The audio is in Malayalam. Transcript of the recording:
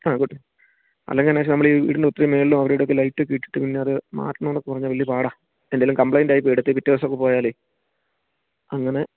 ആ ഗുഡ് അല്ലെങ്കില് എന്നാന്നുവച്ചാല് നമ്മളീ വീടിൻ്റെ ഒത്തിരി മുകളില് അവിടിവിടെയൊക്കെ ലൈറ്റൊക്കെ ഇട്ടിട്ട് പിന്നെയതു മാറ്റണമെന്നു പറഞ്ഞാല് വലിയ പാടാണ് എന്തേലും കംപ്ലെയിൻറ്റായി അടുത്ത പിറ്റേ ദിവസമൊക്കെ പോയാലേ അങ്ങനെ